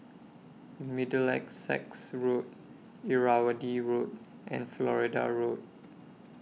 Middlesex Road Irrawaddy Road and Florida Road